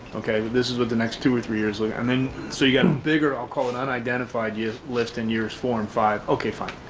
okay, this is what the next two or three years like and then so you got bigger, i'll call it unidentified you list in years four and five, okay fine.